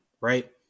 right